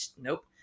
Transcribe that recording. Nope